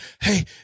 Hey